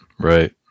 Right